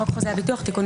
חוק חוזה הביטוח (תיקון מס' 13) (שינוי מוטב בלתי חוזר).